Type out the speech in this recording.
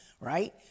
right